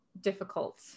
difficult